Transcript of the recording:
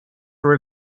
for